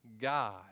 God